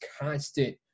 constant